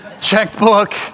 checkbook